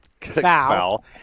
Foul